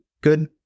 good